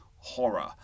horror